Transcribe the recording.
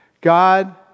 God